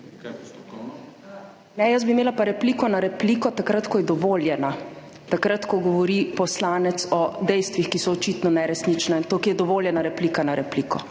Ne, jaz bi pa imela repliko na repliko takrat, ko je dovoljena - takrat, ko govori poslanec o dejstvih, ki so očitno neresnična. In tukaj je dovoljena replika na repliko.